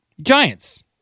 giants